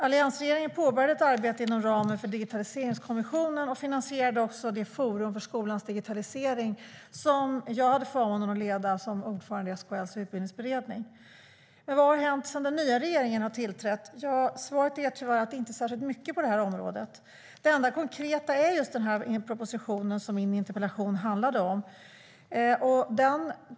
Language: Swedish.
Alliansregeringen påbörjade ett arbete inom ramen för Digitaliseringskommissionen och finansierade också det forum för skolans digitalisering som jag hade förmånen att leda som ordförande i SKL:s utbildningsberedning. Men vad har hänt sedan den nya regeringen har tillträtt? Svaret är tyvärr att det inte har hänt särskilt mycket på detta område. Det enda konkreta är just den proposition som min interpellation handlar om.